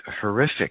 horrific